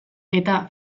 eta